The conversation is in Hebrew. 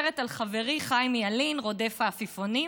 סרט על חברי חיים ילין: רודף העפיפונים,